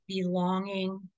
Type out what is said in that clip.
belonging